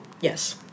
Yes